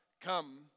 come